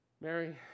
Mary